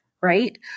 right